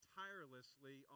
tirelessly